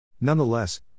Nonetheless